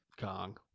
kong